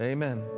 Amen